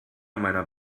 meiner